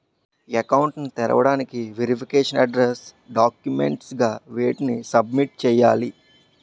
Account ను తెరవటానికి verification address documents గా వేటిని సబ్మిట్ చేయాలి?